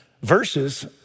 verses